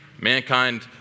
mankind